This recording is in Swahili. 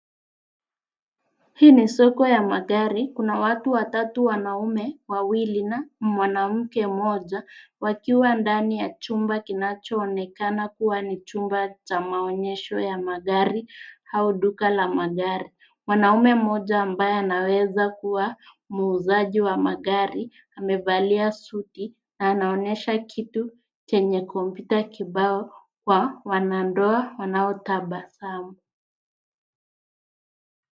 Hii ni soko ya magari. Kuna watu watatu, wanaume wawili na mwanamke mmoja wakiwa ndani ya chumba kinachoonekana kuwa ni chumba cha maonyesho ya magari au duka la magari. Mwanaume mmoja ambaye anaweza kuwa muuzaji wa magari amevalia suti na anaonyesha kitu chenye kompyuta kibao kwa wanandoa wanaotabasamu.